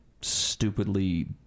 stupidly